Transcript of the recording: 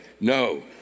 No